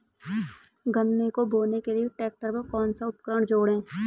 गन्ने को बोने के लिये ट्रैक्टर पर कौन सा उपकरण जोड़ें?